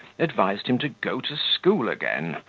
advised him to go to school again,